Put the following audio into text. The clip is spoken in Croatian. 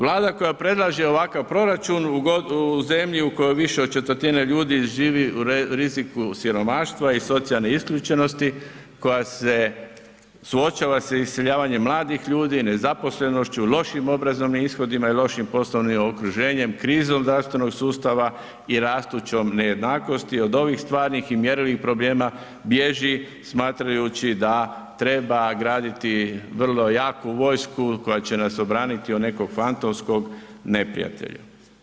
Vlada koja predlaže ovakav proračun u zemlji u kojoj više od 1/4 ljudi živi u riziku siromaštva i socijalne isključenosti koja se suočava sa iseljavanjem mladih ljudi, nezaposlenošću, lošim obrazovnim ishodima i lošim poslovnim okruženjem, krizom zdravstvenog sustava i rastućom nejednakosti, od ovih stvarnih i mjerljivih problema bježi smatrajući da treba graditi vrlo jaku vojsku koja će nas obraniti od nekog fantomskog neprijatelja.